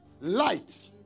light